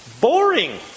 boring